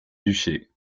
duché